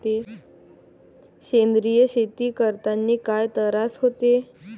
सेंद्रिय शेती करतांनी काय तरास होते?